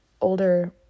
older